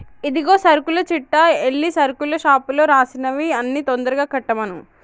ఇదిగో సరుకుల చిట్టా ఎల్లి సరుకుల షాపులో రాసినవి అన్ని తొందరగా కట్టమను